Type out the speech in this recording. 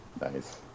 nice